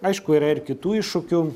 aišku yra ir kitų iššūkių